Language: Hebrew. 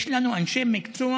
יש לנו אנשי מקצוע